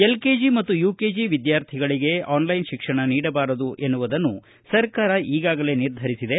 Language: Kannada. ಎಲ್ಕೆಜಿ ಮತ್ತು ಯುಕೆಜಿ ಮಕ್ಕಳಿಗೆ ಆನ್ಲೈನ್ ಶಿಕ್ಷಣ ನೀಡಬಾರದು ಎನ್ನುವುದನ್ನು ಸರ್ಕಾರ ಈಗಾಗಲೇ ನಿರ್ಧರಿಸಿದೆ